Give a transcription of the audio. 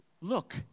Look